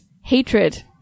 hatred